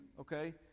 okay